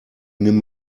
nimm